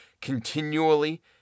continually